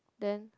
then